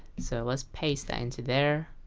so let's paste that into there